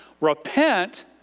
Repent